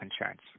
insurance